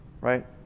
right